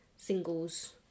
singles